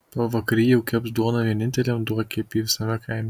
pavakary jau keps duoną vieninteliam duonkepy visame kaime